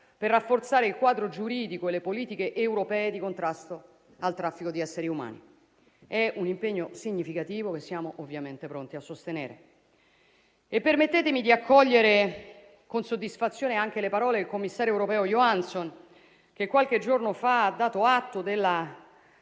per rafforzare il quadro giuridico e le politiche europee di contrasto al traffico di esseri umani. È un impegno significativo, che siamo ovviamente pronti a sostenere. Permettetemi di accogliere con soddisfazione anche le parole del commissario europeo Johansson, che qualche giorno fa ha dato atto della